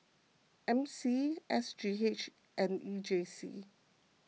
M C S G H and E J C